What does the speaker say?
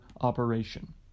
operation